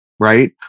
right